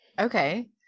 okay